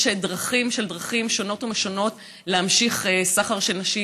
יש דרכים של דרכים שונות ומשונות להמשיך בסחר של נשים,